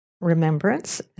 remembrance